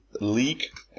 league